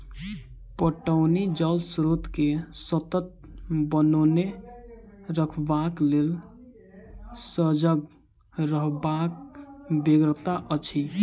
पटौनी जल स्रोत के सतत बनओने रखबाक लेल सजग रहबाक बेगरता अछि